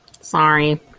Sorry